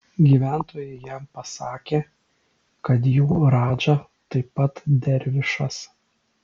gyventojai jam pasakė kad jų radža taip pat dervišas